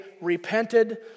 repented